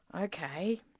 Okay